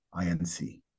Inc